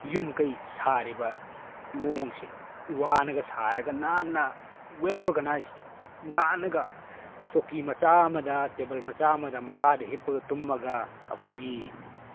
ꯌꯨꯝ ꯀꯩ ꯁꯥꯔꯤꯕ ꯃꯑꯣꯡꯁꯦ ꯋꯥꯅꯒ ꯁꯥꯔ ꯅꯥꯟꯅ ꯋꯦꯜ ꯑꯣꯔꯒꯦꯅꯥꯏꯖ ꯅꯥꯟꯅꯒ ꯆꯧꯀ꯭ꯔꯤ ꯃꯆꯥ ꯑꯃꯗ ꯇꯦꯕꯜ ꯃꯆꯥ ꯑꯃꯗ ꯃꯈꯥꯗ ꯍꯤꯞꯄꯒ ꯇꯨꯝꯃꯒ ꯑꯩꯈꯣꯏꯒꯤ